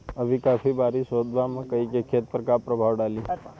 अभी काफी बरिस होत बा मकई के खेत पर का प्रभाव डालि?